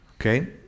Okay